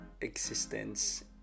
existence